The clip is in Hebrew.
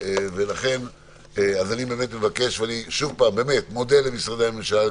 אני באמת מבקש ואני שוב באמת מודה למשרדי הממשלה,